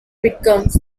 becomes